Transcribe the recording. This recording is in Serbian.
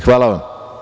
Hvala vam.